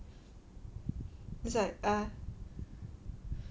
it's like err